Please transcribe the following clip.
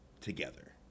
together